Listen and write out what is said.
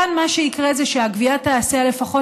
כאן מה שיקרה זה שהגבייה תיעשה לפחות